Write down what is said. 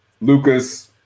Lucas